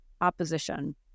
opposition